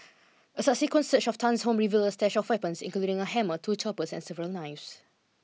a subsequent search of Tan's home revealed a stash of weapons including a hammer two choppers and several knives